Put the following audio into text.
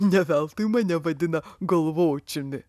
ne veltui mane vadina galvočiumi